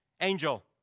Angel